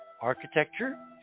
architecture